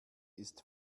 ist